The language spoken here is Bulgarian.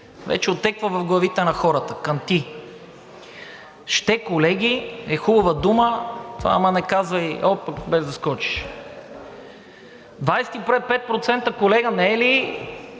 вече отеква в главите на хората, кънти. „Ще“, колеги, е хубава дума, но не казвай хоп, без да скочиш. 25%, колега, не е ли